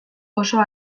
oso